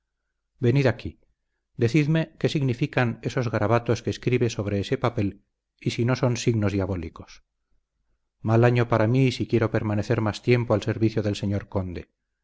venid aquí decidme qué significan esos garabatos que escribe sobre ese papel y si no son signos diabólicos mal año para mí sí quiero permanecer más tiempo al servicio del señor conde